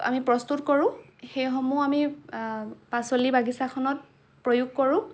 আমি প্ৰস্তুত কৰোঁ সেইসমূহ আমি পাচলি বাগিচাখনত প্ৰয়োগ কৰোঁ